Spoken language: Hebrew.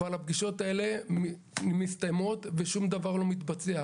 אבל הפגישות הללו מסתיימות ושום דבר לא מתבצע.